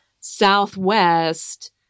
Southwest